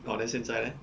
orh then 现在 leh